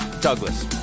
douglas